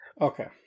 Okay